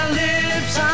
lips